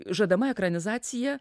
žadama ekranizacija